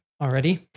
already